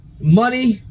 Money